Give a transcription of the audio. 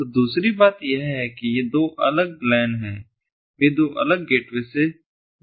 तो दूसरी बात यह है कि ये दो अलग LAN हैं वे दो अलग अलग गेटवे से जुड़ सकते हैं